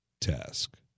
task